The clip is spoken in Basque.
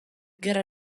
gerra